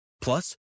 Plus